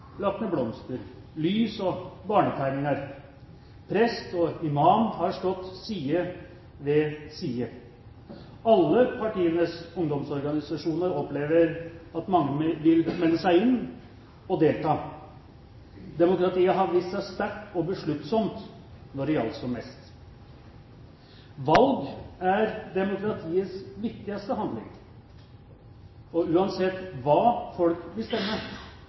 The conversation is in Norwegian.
blomster, lys og barnetegninger. Prest og imam har stått side ved side. Alle partienes ungdomsorganisasjoner opplever at mange vil melde seg inn og delta. Demokratiet har vist seg sterkt og besluttsomt når det gjaldt som mest. Valg er demokratiets viktigste handling. Uansett hva folk vil stemme,